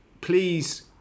please